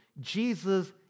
Jesus